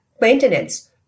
maintenance